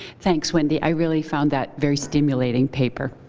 thanks, wendy. i really found that very stimulating paper.